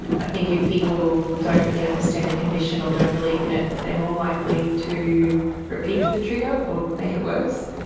i think if people don't really understand the condition or don't believe in it they are more likely to repeat the trigger or make it worse,